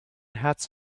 hats